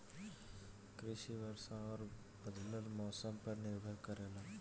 कृषि वर्षा और बदलत मौसम पर निर्भर करेला